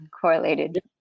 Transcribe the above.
correlated